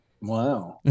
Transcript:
Wow